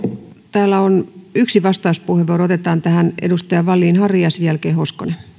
täällä on yksi vastauspuheenvuoro otetaan se tähän edustaja wallin harry sen sen jälkeen